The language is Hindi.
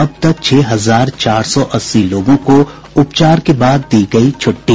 अब तक छह हजार चार सौ अस्सी लोगों को उपचार के बाद दी गयी छुट्टी